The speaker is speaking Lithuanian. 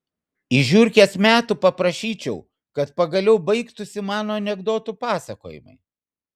iš žiurkės metų paprašyčiau kad pagaliau baigtųsi mano anekdotų pasakojimai